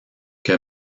que